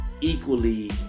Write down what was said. equally